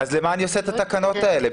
אז למה אני עושה את התקנות האלה?